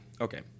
okay